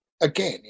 Again